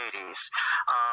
80s